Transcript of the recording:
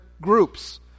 groups